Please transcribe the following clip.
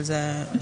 אבל זה לשיקולכם.